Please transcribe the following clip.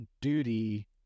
duty